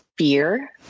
fear